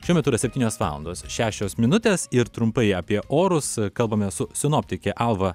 šiuo metu yra septynios valandos šešios minutės ir trumpai apie orus kalbame su sinoptikė alva